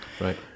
Right